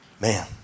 man